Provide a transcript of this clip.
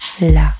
la